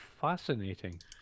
fascinating